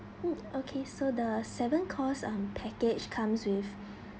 mm okay so the seven course um package comes with